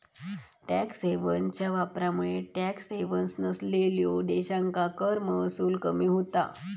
tax हेव्हन्सच्या वापरामुळे tax havens नसलेल्यो देशांका कर महसूल कमी होता